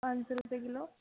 پانچ سو روپیے کلو